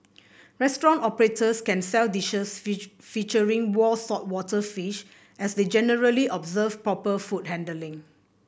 restaurant operators can sell dishes featuring raw saltwater fish as they generally observe proper food handling